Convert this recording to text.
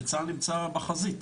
כשצה"ל נמצא בחזית.